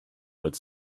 but